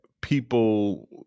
people